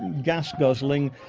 gas guzzling,